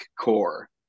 Core